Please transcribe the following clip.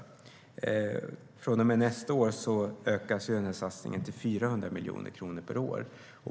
Från och med nästa år ökas satsningen till 400 miljoner kronor per år.